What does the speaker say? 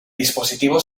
dispositivo